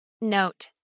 Note